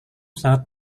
sangat